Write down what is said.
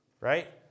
Right